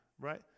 right